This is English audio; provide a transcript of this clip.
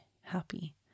happy